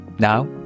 Now